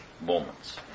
moments